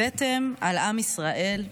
הבאתם על עם ישראל,